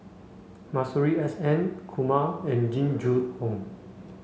Masuri S N Kumar and Jing Jun Hong